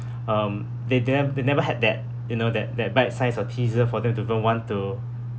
um they then they never had that you know that that bite-size of pieces for them to don't want to